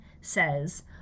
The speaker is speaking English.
says